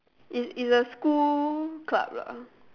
is is a school club lah